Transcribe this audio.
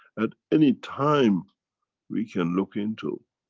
at any time we can look into.